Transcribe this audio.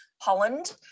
Holland